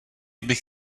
bych